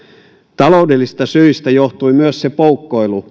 taloudellisista syistä johtui myös se poukkoilu